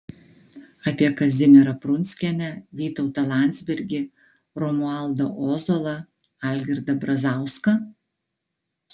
apie kazimierą prunskienę vytautą landsbergį romualdą ozolą algirdą brazauską